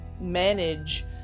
manage